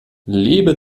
lebe